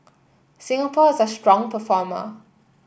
Singapore is a strong performer